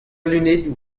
lunedoù